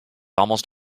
almost